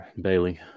Bailey